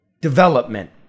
development